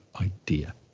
idea